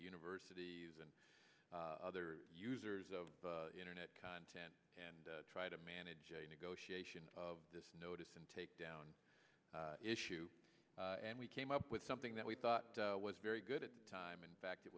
universities and other users of internet content and try to manage a negotiation of this notice and takedown issue and we came up with something that we thought was very good at the time in fact it